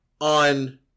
on